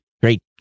Great